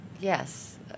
Yes